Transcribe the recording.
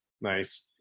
Nice